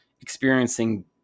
experiencing